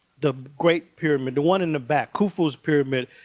the great pyramid, the one in the back, khufu's pyramid.